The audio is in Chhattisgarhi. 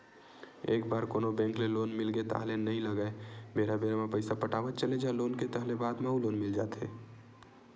एक बार कोनो बेंक ले लोन मिलगे ताहले नइ लगय बेरा बेरा म पइसा पटावत चले जा लोन के ताहले बाद म अउ लोन मिल जाथे